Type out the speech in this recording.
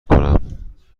کنم